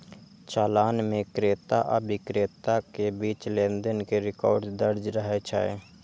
चालान मे क्रेता आ बिक्रेता के बीच लेनदेन के रिकॉर्ड दर्ज रहै छै